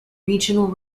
regional